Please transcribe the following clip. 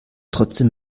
trotzdem